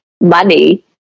money